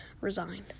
resigned